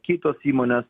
kitos įmonės